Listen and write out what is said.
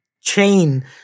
chain